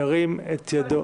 ירים את ידו?